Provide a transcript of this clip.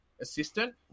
assistant